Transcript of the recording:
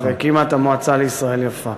הקימה את המועצה לישראל יפה